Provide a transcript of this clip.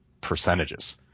percentages